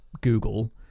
Google